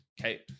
Okay